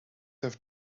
have